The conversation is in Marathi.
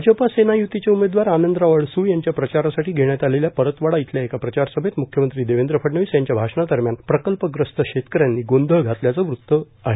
भाजपा सेना य्तीचे उमेदवार आनंदराव अडसुळ यांच्या प्रचारासाठी घेण्यात आलेल्या परतवाडा इथल्या एका प्रचार सभेत मृष्ख्यमंत्री देवेंद्र फडणवीस यांच्या भाषणादरम्यान प्रकल्प ग्रस्त शेतक यांनी गोंधळ घातल्याचं वृत्त आहे